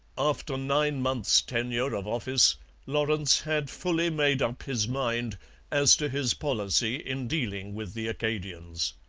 after nine months' tenure of office lawrence had fully made up his mind as to his policy in dealing with the acadians.